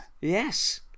Yes